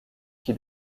qui